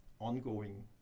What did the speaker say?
ongoing